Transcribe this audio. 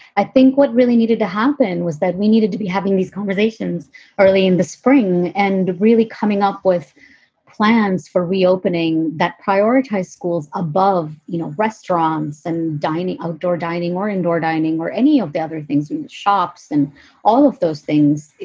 i think what really needed to happen was that we needed to be having these conversations early in the spring and really coming up with plans for reopening that prioritized schools above you know restaurants and dining, outdoor dining or indoor dining or any of the other things, shops and all of those things.